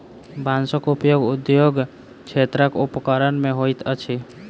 बांसक उपयोग उद्योग क्षेत्रक उपकरण मे होइत अछि